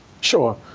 Sure